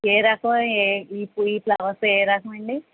ఏ రకము ఈ ఫ్లవర్స్ ఏ రకం అండి